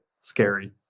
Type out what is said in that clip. scary